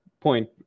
point